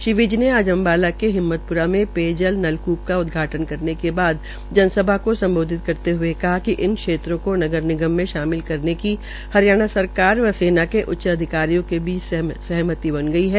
श्री विज ने आज अम्बाला के हिम्मतप्रा में पेयजल नलकूप का उदघाटन करने के बाद जनसभा को सम्बोधित करते हये इन क्षेत्रों को नगर निगम में शामिल करने की हरियाणा व आर्मी के उच्च अधिकारियों के बीच सहमति बन गई है